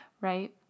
right